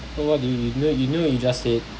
wait what do you mean you know you know what you just said